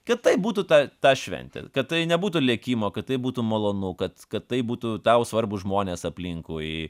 kad tai būtų ta ta šventė kad tai nebūtų lėkimo kad tai būtų malonu kad kad tai būtų tau svarbūs žmonės aplinkui